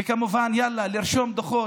וכמובן, יאללה, לרשום דוחות.